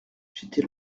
j’étais